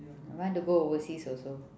I want to go overseas also